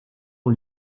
ont